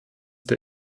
der